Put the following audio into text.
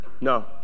No